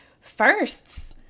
firsts